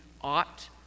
ought